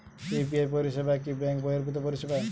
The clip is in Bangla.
ইউ.পি.আই পরিসেবা কি ব্যাঙ্ক বর্হিভুত পরিসেবা?